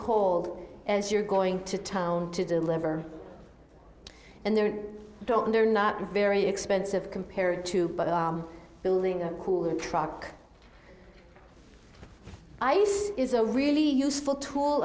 cold as you're going to town to deliver and they're don't they're not very expensive compared to building a cooler truck ice is a really useful tool